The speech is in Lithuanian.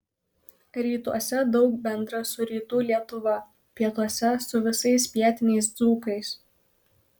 rytuose daug bendra su rytų lietuva pietuose su visais pietiniais dzūkais